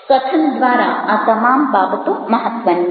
કથન દ્વારા આ તમામ બાબતો મહત્ત્વની છે